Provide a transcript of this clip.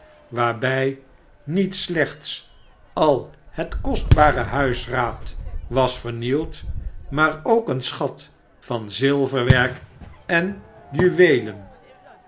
waarbij niet slechts al het kostbare huisraad was vernield maar ook een sehat van zilverwerk en juweelen